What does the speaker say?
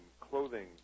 clothing